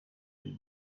uyu